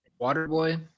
Waterboy